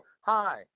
Hi